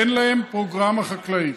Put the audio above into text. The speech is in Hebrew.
אין להם פרוגרמה חקלאית.